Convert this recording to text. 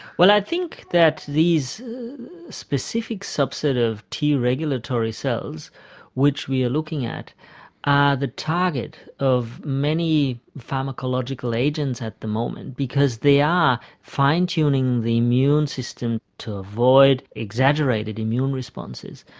i think that these specific subset of t regulatory cells which we are looking at are the target of many pharmacological agents at the moment because they are fine-tuning the immune system to avoid exaggerated immune responses.